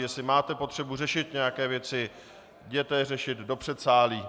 Jestli máte potřebu řešit nějaké věci, jděte je řešit do předsálí.